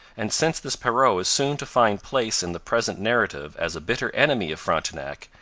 and since this perrot is soon to find place in the present narrative as a bitter enemy of frontenac,